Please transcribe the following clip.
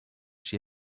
she